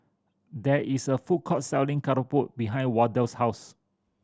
there is a food court selling keropok behind Wardell's house